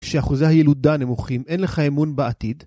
כשאחוזי הילודה נמוכים אין לך אמון בעתיד